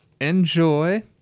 enjoy